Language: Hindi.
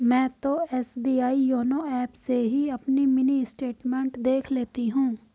मैं तो एस.बी.आई योनो एप से ही अपनी मिनी स्टेटमेंट देख लेती हूँ